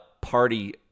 party